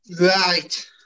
Right